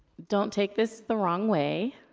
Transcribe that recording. don't take this the wrong way,